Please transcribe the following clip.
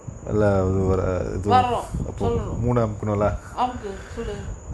வரு சொல்லனும் அமுக்கு சொல்லு:varu sollanum amuku sollu